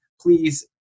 please